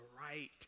right